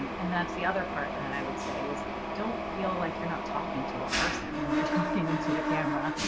and that's the other part that i would say is don't feel like you're not talking to a person when you're talking into the camera.